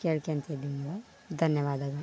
ಕೇಳ್ಕೋತಿದೀನಿ ಧನ್ಯವಾದಗಳು